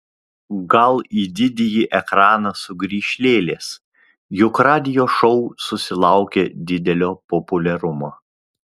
gal į didįjį ekraną sugrįš lėlės juk radio šou susilaukė didelio populiarumo